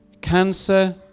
cancer